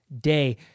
day